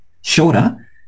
shorter